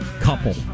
Couple